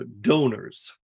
donors